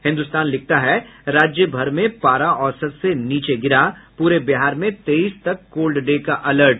हिन्दुस्तान लिखता है राज्य भर में पारा औसत से नीचे गिरा पूरे बिहार में तेईस तक कोल्ड डे का अलर्ट